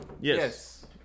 Yes